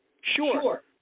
Sure